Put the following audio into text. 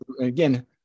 again